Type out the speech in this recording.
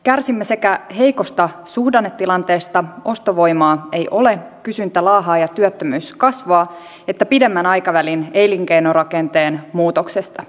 kärsimme sekä heikosta suhdannetilanteesta ostovoimaa ei ole kysyntä laahaa ja työttömyys kasvaa että pidemmän aikavälin elinkeinorakenteen muutoksesta